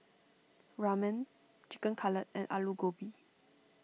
Ramen Chicken Cutlet and Alu Gobi